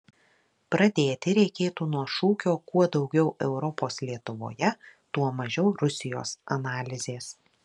pradėti reikėtų nuo šūkio kuo daugiau europos lietuvoje tuo mažiau rusijos analizės